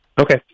Okay